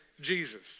Jesus